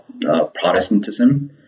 Protestantism